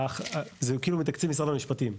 זה כאילו מתקציב משרד המשפטים,